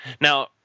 Now